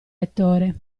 lettore